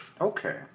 Okay